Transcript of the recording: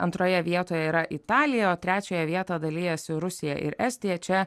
antroje vietoje yra italija o trečiąją vietą dalijasi rusija ir estija čia